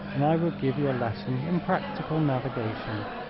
and i will give you a lesson in practical navigation.